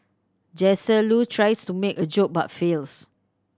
Jesse Loo tries to make a joke but fails